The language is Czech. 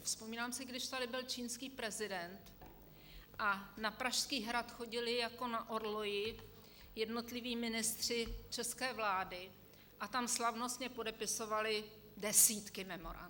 Vzpomínám si, když tady byl čínský prezident a na Pražský hrad chodili jako na orloji jednotliví ministři české vlády a tam slavnostně podepisovali desítky memorand.